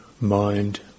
mind